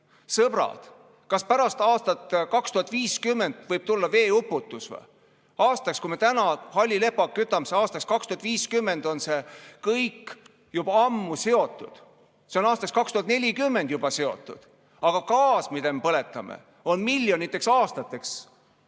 Sõbrad, kas pärast aastat 2050 võib tulla veeuputus? Kui me täna halli lepaga kütame, siis aastaks 2050 on see kõik juba ammu seotud. See on aastaks 2040 juba seotud, aga gaas, mida me põletame, on miljoniteks aastateks